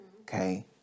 okay